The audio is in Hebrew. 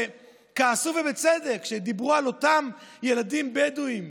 שכעסו ובצדק כשדיברו על אותם ילדים בדואים,